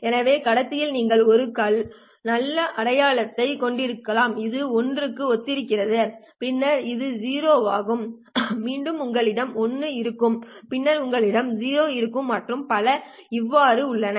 எனவே கடத்தியில் நீங்கள் ஒரு நல்ல அடையாளத்தை கொண்டிருக்கலாம் இது 1 க்கு ஒத்திருக்கிறது பின்னர் இது 0 ஆகும் மீண்டும் உங்களிடம் 1 இருக்கும் பின்னர் உங்களிடம் 0 இருக்கும் மற்றும் பல இவ்வாறு உள்ளன